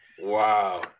Wow